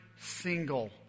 single